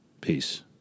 peace